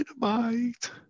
Dynamite